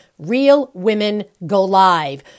RealWomenGoLive